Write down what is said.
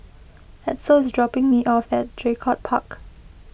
Edsel is dropping me off at Draycott Park